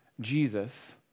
Jesus